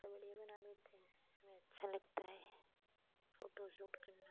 उसका विडिओ बना लेते हैं हमें अच्छा लगता है फोटोशूट करना